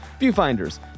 Viewfinders